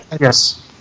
Yes